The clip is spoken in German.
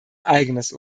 eigenes